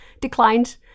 declined